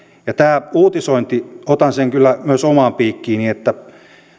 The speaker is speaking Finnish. tämän uutisoinnin otan kyllä myös omaan piikkiini